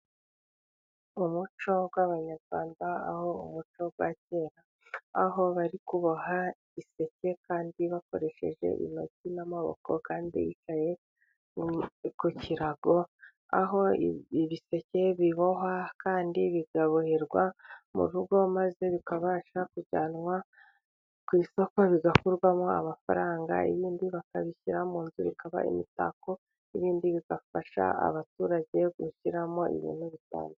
Mu muco w'abanyarwanda aho umuco wa kera aho bari kuboha igiseke kandi bakoresheje intoki n'amaboko, kandi ku kirago aho ibiseke bibohwa kandi bikaboherwa mu rugo maze bikabasha kujyanwa ku isoko bigakurwamo amafaranga, ibindi bakabishyira mu nzu bikaba imitako, n'ibindi bigafasha abaturage gushyiramo ibintu bitandukanye.